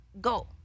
Go